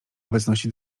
obecności